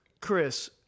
Chris